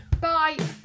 Bye